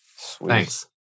Thanks